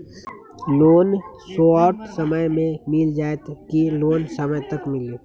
Loan short समय मे मिल जाएत कि लोन समय तक मिली?